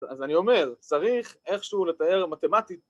‫אז אני אומר, צריך איכשהו ‫לתאר מתמטית.